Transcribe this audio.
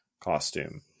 costume